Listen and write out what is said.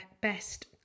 best